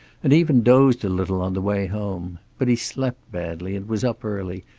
and even dozed a little on the way home. but he slept badly and was up early,